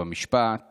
המשפט